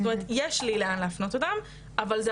זאת אומרת יש לי לאן להפנות אותם,